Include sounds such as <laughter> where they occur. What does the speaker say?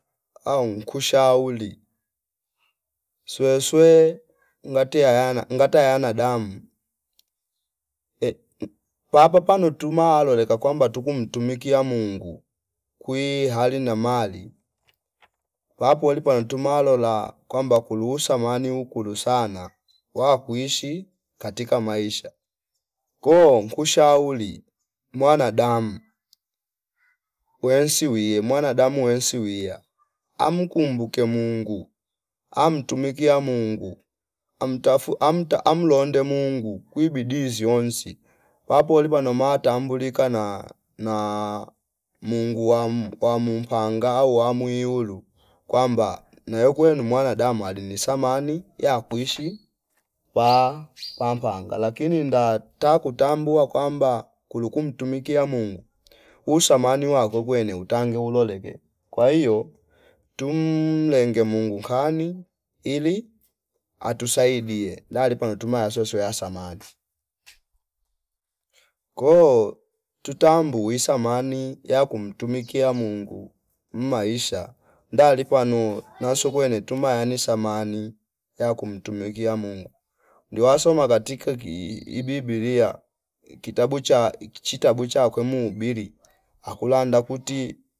Au nkushauli nsweswe ngati yayana ngata yana damu <hesitation> papa pano tuma loleka kwamba tuku mtumikia Mungu hali na mali papu weli panu ntumalola kwamba kulu samani ukulu sana wa kuishi katika maisha koo nku shauli mwanadamu wensi wie mwanadamu wensi wiya amkumbuke Mungu amtumikia Mungu amtafu amata amlonde Mungu kwi bidii ziwonsi papo wolipa noma tambulika na- naa Mungu wam- wamumpanga au wamuilu kwamba nee ukwe nu mwanadamu ali ni samani ya kuishi pa pampapangala lakini nda takutambu kwamba kulu kumtumikia Mungu usamani wa kwekwe ni utangi uloloke kwa hio tumlenge Mungu kani ili atusaidie nalipa notuma asoso yasamani. Ko tutambui wi samani ya kumtumikia Mungu mmaisha ndali pano naso kwene tuma yani samani ya kumtumikia Mungu ndi wasoma katika kii ibibilia kitabu cha chitabu chakwe muubili akulanda kuti